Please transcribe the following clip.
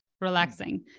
relaxing